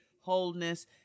wholeness